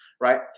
right